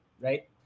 right